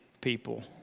people